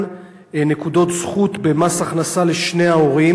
נקודות זכות במס הכנסה לשני ההורים: